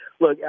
look